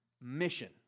mission